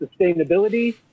sustainability